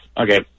okay